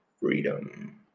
freedom